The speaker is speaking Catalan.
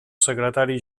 secretari